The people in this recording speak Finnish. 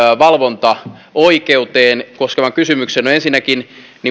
valvontaoikeuteen koskevan kysymyksen ensinnäkin